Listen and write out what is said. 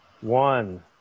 One